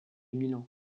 milan